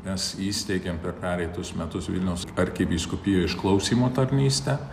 nes įsteigėm per pereitus metus vilniaus arkivyskupijoj išklausymo tarnystę